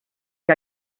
que